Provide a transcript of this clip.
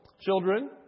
Children